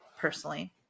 personally